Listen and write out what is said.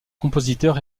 compositeur